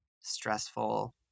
stressful